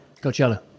Coachella